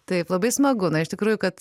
taip labai smagu na iš tikrųjų kad